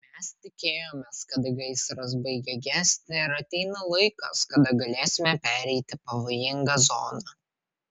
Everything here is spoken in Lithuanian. mes tikėjomės kad gaisras baigia gesti ir ateina laikas kada galėsime pereiti pavojingą zoną